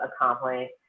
accomplish